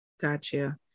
Gotcha